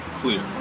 clear